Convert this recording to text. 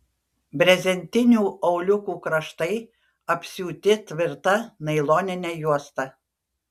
brezentinių auliukų kraštai apsiūti tvirta nailonine juosta